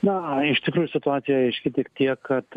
na iš tikrųjų situacija aiški tik tiek kad